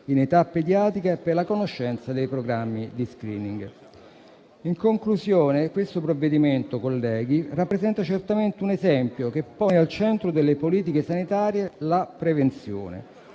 in età pediatrica e per la conoscenza dei programmi di *screening*. In conclusione questo provvedimento, colleghi, rappresenta certamente un esempio che pone al centro delle politiche sanitarie la prevenzione,